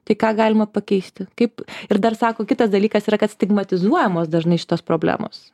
tai ką galima pakeisti kaip ir dar sako kitas dalykas yra kad stigmatizuojamos dažnai šitos problemos